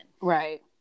Right